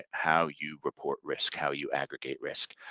ah how you report risk, how you aggregate risk.